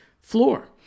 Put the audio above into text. floor